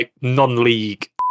non-league